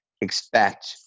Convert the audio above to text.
expect